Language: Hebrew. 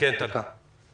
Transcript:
כן, דקה.